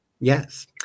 yes